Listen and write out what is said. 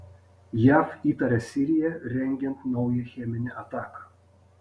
jav įtaria siriją rengiant naują cheminę ataką